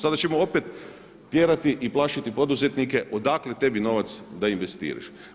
Sada ćemo opet tjerati i plašiti poduzetnike odakle tebi novac da investiraš.